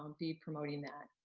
um be promoting that.